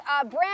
brand